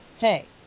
hey